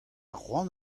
cʼhoant